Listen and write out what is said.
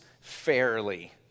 fairly